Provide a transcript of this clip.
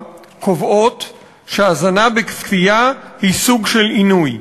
קובעות שהזנה בכפייה היא סוג של עינוי.